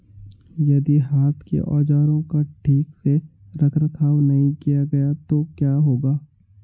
यदि हाथ के औजारों का ठीक से रखरखाव नहीं किया गया तो क्या होगा?